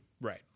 Right